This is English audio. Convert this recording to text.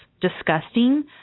disgusting